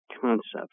concepts